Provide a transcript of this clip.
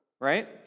right